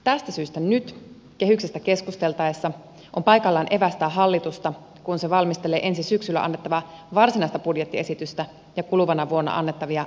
tästä syystä nyt kehyksestä keskusteltaessa on paikallaan evästää hallitusta kun se valmistelee ensi syksyllä annettavaa varsinaista budjettiesitystä ja kuluvana vuonna annettavia lisäbudjetteja